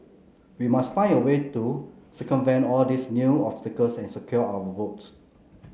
we must find a way to circumvent all these new obstacles and secure our votes